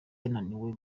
yananiwe